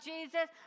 Jesus